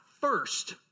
first